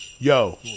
Yo